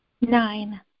Nine